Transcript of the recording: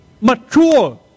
mature